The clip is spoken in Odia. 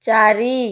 ଚାରି